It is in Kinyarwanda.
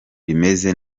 rimeze